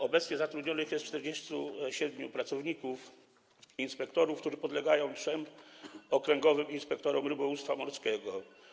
Obecnie zatrudnionych jest 47 pracowników, inspektorów, którzy podlegają trzem okręgowym inspektorom rybołówstwa morskiego.